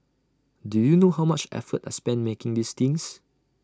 do you know how much effort I spent making these things